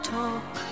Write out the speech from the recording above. talk